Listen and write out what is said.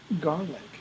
garlic